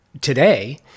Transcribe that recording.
today